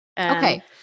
Okay